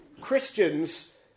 Christians